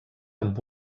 amb